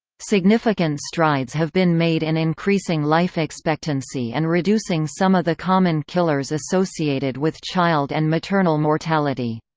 significant strides have been made in increasing life expectancy and reducing some of the common killers associated with child and maternal mortality.